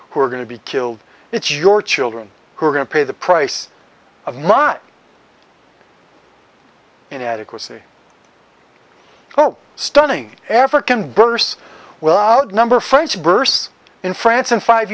who are going to be killed it's your children who are going to pay the price of my inadequacy oh stunning african bursts well outnumber french bursts in france in five